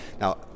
now